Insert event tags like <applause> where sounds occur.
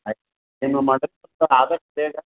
ಆಯ್ತು <unintelligible> ಆದಷ್ಟು ಬೇಗ